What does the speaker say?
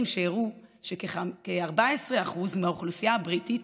שהראו שכ-14% מהאוכלוסייה הבריטית,